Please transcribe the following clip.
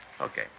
Okay